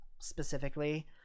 Specifically